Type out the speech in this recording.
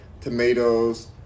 tomatoes